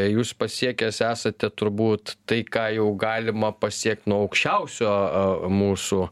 jūs pasiekęs esate turbūt tai ką jau galima pasiekt nuo aukščiausio mūsų